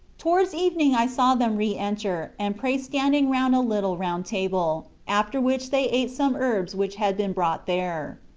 towards evening i saw them re-enter and pray standing round a little round table, after which they ate some herbs which had been brought there.